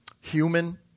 human